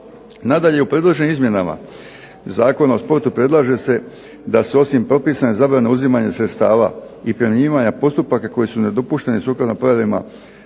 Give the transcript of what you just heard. Nadalje, u predloženim izmjenama Zakona o sportu predlaže se da se osim propisane zabrane uzimanja sredstava i primjenjivanja postupaka koji su nedopušteni sukladno provedbama